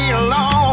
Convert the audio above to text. alone